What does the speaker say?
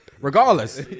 Regardless